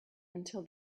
until